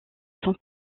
son